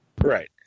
Right